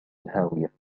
الهاوية